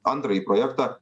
antrąjį projektą